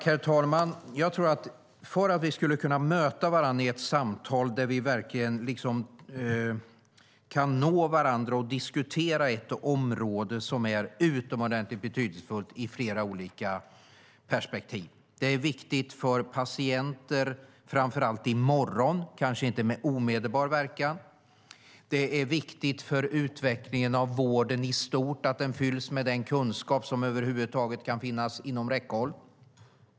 Herr talman! Vi diskuterar ett område som är utomordentligt betydelsefullt ur flera olika perspektiv. Det är viktigt för patienter, framför allt i morgon, kanske inte med omedelbar verkan. Det är viktigt för utvecklingen av vården i stort att den fylls med den kunskap som över huvud taget kan finnas inom räckhåll.